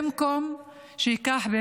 במקום שייקח את